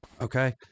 Okay